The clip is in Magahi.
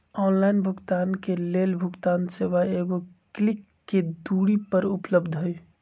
ऑनलाइन भुगतान के लेल भुगतान सेवा एगो क्लिक के दूरी पर उपलब्ध हइ